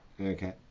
Okay